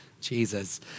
Jesus